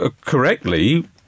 correctly